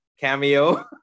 Cameo